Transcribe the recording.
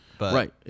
Right